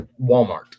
Walmart